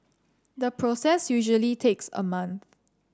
the process usually takes a month